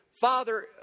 father